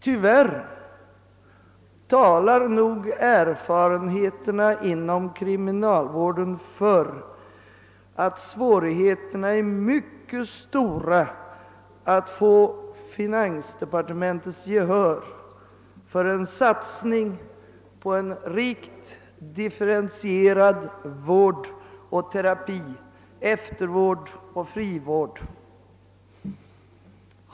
Tyvärr talar nog erfarenheterna inom kriminalvården för att svårigheterna är mycket stora att få finansdepartementets gehör för en satsning på en rikt differentierad vård och terapi, eftervård och frivård.